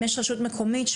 אם יש רשות מקומית,